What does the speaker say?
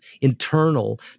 internal